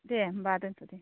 दे होमबा दोन्दो दे